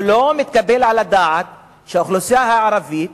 לא מתקבל על הדעת שלאוכלוסייה הערבית,